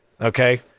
Okay